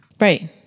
Right